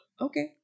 Okay